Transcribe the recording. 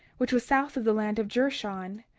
which was south of the land of jershon,